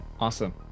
Awesome